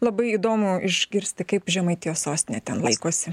labai įdomu išgirsti kaip žemaitijos sostinė ten laikosi